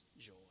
joy